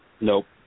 Nope